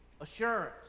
assurance